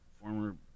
former